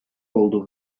oldu